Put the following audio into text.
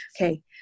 Okay